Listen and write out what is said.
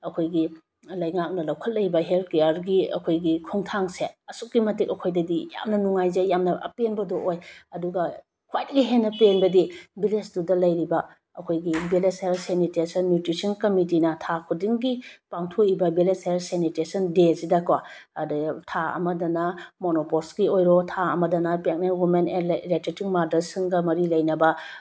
ꯑꯩꯈꯣꯏꯒꯤ ꯂꯩꯉꯥꯛꯅ ꯂꯧꯈꯠꯂꯛꯂꯤꯕ ꯍꯦꯜꯠ ꯀꯤꯌꯔꯒꯤ ꯑꯩꯈꯣꯏꯒꯤ ꯈꯣꯡꯊꯥꯡꯁꯦ ꯑꯁꯨꯛꯀꯤ ꯃꯇꯤꯛ ꯑꯩꯈꯣꯏꯗꯗꯤ ꯌꯥꯝꯅ ꯅꯨꯡꯉꯥꯏꯖꯩ ꯌꯥꯝꯅ ꯑꯄꯦꯟꯕꯗꯨ ꯑꯣꯏ ꯑꯗꯨꯒ ꯈ꯭ꯋꯥꯏꯗꯒꯤ ꯍꯦꯟꯅ ꯄꯦꯟꯕꯗꯤ ꯕꯤꯂꯦꯖꯇꯨꯗ ꯂꯩꯔꯤꯕ ꯑꯩꯈꯣꯏꯒꯤ ꯕꯤꯂꯦꯖ ꯍꯦꯜꯠ ꯁꯦꯅꯤꯇꯦꯁꯟ ꯅ꯭ꯌꯨꯇ꯭ꯔꯤꯁꯟ ꯀꯃꯤꯇꯤꯅ ꯊꯥ ꯈꯨꯗꯤꯡꯒꯤ ꯄꯥꯡꯊꯣꯛꯏꯕ ꯕꯤꯂꯦꯖ ꯍꯦꯜꯠ ꯁꯦꯅꯤꯇꯦꯁꯟ ꯗꯦꯁꯤꯗꯀꯣ ꯑꯗꯒꯤ ꯊꯥ ꯑꯃꯗꯅ ꯃꯣꯅꯣꯄꯣꯁꯀꯤ ꯑꯣꯏꯔꯣ ꯊꯥ ꯑꯃꯗꯅ ꯄ꯭ꯔꯦꯒꯅꯦꯟ ꯋꯤꯃꯦꯟ ꯑꯦꯟ ꯂꯦꯛꯇꯦꯇꯤꯡ ꯃꯥꯗꯔꯁꯁꯤꯡꯒ ꯃꯔꯤ ꯂꯩꯅꯕ